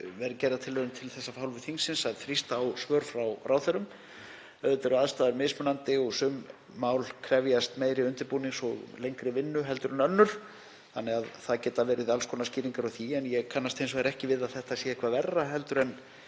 verið gerðar tilraunir til þess af hálfu þingsins að þrýsta á svör frá ráðherrum. Auðvitað eru aðstæður mismunandi og sum mál krefjast meiri undirbúnings og lengri vinnu en önnur þannig að það geta verið alls konar skýringar á því. Ég kannast ekki við að þetta sé eitthvað verra heldur en